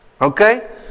Okay